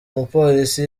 mupolisi